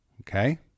Okay